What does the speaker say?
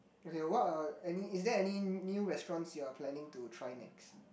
okay what are any is there any new restaurants you are planning to try next